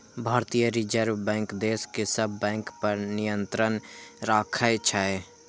भारतीय reserve bank देश के सब बैंक पर नियंत्रण राखै छै